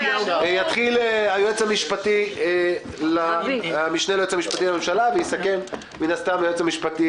יפתח המשנה ליועץ המשפטי לממשלה רז נזרי ויסכם היועץ המשפטי